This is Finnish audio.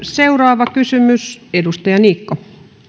seuraava kysymys edustaja niikko